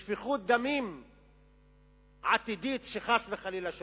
לשפיכות דמים עתידית, שחס וחלילה תהיה.